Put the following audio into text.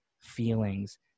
feelings